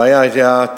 הבעיה היא התקציב.